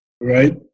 Right